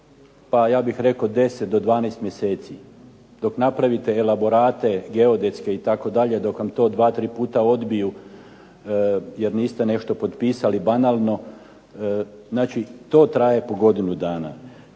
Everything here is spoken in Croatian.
pa ja bih rekao 10 do 12 mjeseci. Dok napravite elaborate, geodetske itd. dok vam to dva, tri puta odbiju jer niste nešto potpisali banalno znači to traje po godinu dana.